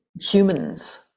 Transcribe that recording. humans